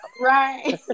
right